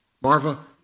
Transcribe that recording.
Marva